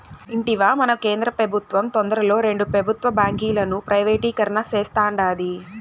ఇంటివా, మన కేంద్ర పెబుత్వం తొందరలో రెండు పెబుత్వ బాంకీలను ప్రైవేటీకరణ సేస్తాండాది